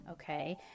Okay